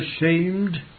ashamed